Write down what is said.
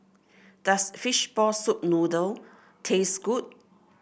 does Fishball Noodle Soup taste good